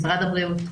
משרד הבריאות.